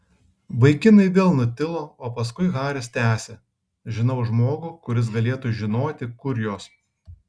vaikinai vėl nutilo o paskui haris tęsė žinau žmogų kuris galėtų žinoti kur jos